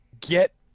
get